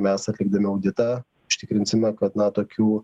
mes atlikdami auditą užtikrinsime kad na tokių